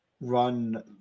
run